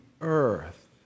earth